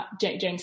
james